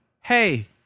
hey